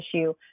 issue